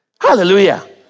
Hallelujah